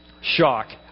Shock